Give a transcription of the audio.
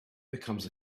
becomes